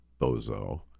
bozo